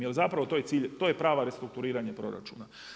Jer zapravo to je cilj, to je pravo restrukturiranje proračuna.